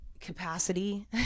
Capacity